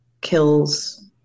kills